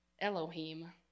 Elohim